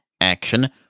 action